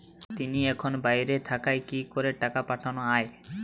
তিনি এখন বাইরে থাকায় কি করে টাকা পাঠানো য়ায়?